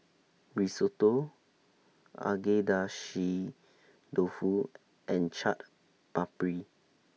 Risotto Agedashi Dofu and Chaat Papri